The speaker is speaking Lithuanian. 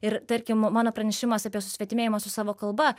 ir tarkim mano pranešimas apie susvetimėjimą su savo kalba